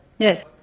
Yes